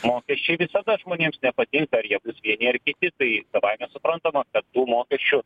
mokesčiai visada žmonėms nepatinka ar jie bus vieni ar kiti tai savaime suprantama kad tų mokesčių